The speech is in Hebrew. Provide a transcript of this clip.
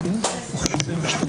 הישיבה ננעלה בשעה